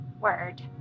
word